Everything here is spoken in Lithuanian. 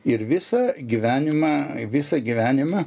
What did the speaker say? ir visą gyvenimą i visą gyvenimą